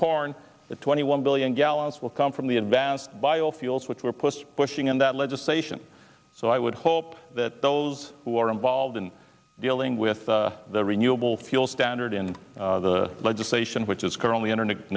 that twenty one billion gallons will come from the advanced biofuels which were pushed pushing in that legislation so i would hope that those who are involved in dealing with the renewable fuel standard in the legislation which is currently interne